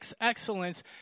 excellence